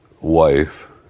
wife